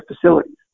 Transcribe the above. facilities